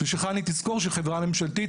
ושחנ"י תזכור שהיא חברה ממשלתית,